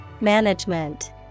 Management